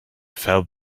felt